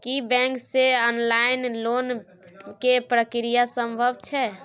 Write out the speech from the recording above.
की bank से online loan के प्रक्रिया संभव छै?